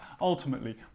ultimately